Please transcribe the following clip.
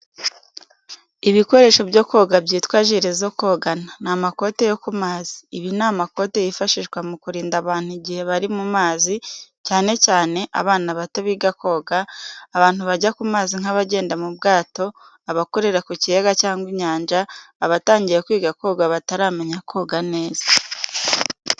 Ibikoresho byo koga byitwa jire zo kogana, ni amakote yo ku mazi. Ibi ni amakote yifashishwa mu kurinda abantu igihe bari mu mazi, cyane cyane: abana bato biga koga, abantu bajya ku mazi nk'abagenda mu bwato, abakorera ku kiyaga cyangwa inyanja, abatangiye kwiga koga bataramenya koga neza.